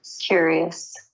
Curious